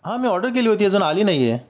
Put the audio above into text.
हां मी ऑर्डर केली होती अजून आली नाही आहे